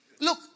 Look